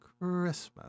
Christmas